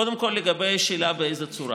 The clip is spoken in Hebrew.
קודם כול השאלה באיזו צורה.